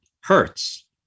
Hertz